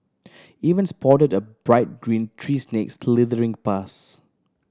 even spotted a bright green tree snake slithering past